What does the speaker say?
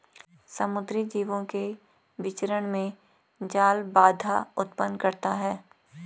समुद्री जीवों के विचरण में जाल बाधा उत्पन्न करता है